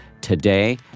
today